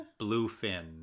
Bluefin